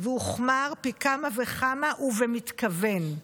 והוחמר פי כמה וכמה ובמתכוון.